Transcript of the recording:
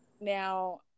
now